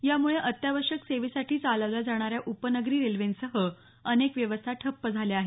यामुळे अत्यावश्यक सेवेसाठी चालवल्या जाणाऱ्या उपनगरी रेल्वेंसह अनेक व्यवस्था ठप्प झाल्या आहेत